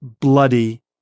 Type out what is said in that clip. bloody